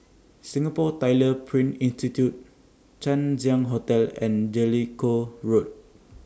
Singapore Tyler Print Institute Chang Ziang Hotel and Jellicoe Road